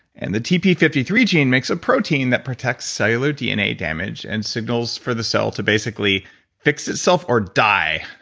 and the t p five three gene makes a protein that protects cellular dna damage and signals for the cell to basically fix itself or die,